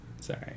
sorry